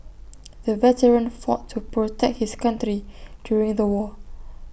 the veteran fought to protect his country during the war